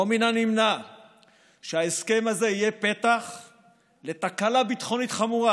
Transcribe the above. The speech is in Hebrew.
לא מן הנמנע שההסכם הזה יהיה פתח לתקלה ביטחונית חמורה.